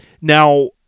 Now